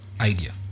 idea